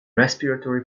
respiratory